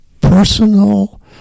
personal